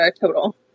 total